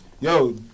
Yo